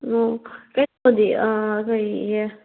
ꯑꯣ ꯀꯩꯅꯣꯗꯤ ꯀꯔꯤꯑꯌꯦ